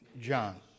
John